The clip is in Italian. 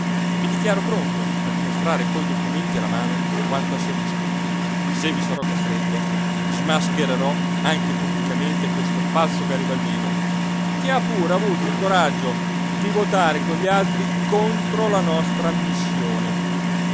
i dichiaro pronto a dimostrare coi documenti alla mano quanto asserisco se vi sarò costretto smaschererò anche pubblicamente questo falso garibaldino che ha pure avuto il coraggio di votare con gli altri contro la nostra ammissione